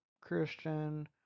Christian